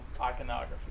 iconography